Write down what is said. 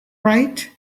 right